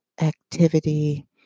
activity